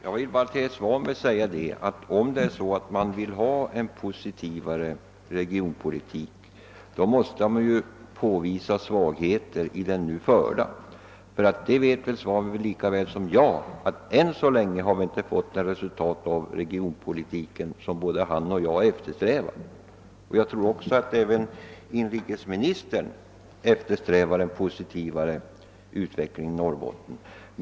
Herr talman! Om man vill ha en positivare regionpolitik, herr Svanberg, måste man påvisa svagheter i den nu förda politiken. Herr Svanberg vet lika väl som jag att ännu så länge har vi inte fått fram de resultat av regionpolitiken som både han och jag eftersträvar. Jag tror även att inrikesministern eftersträvar en positivare utveckling i Norrbotten.